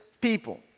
people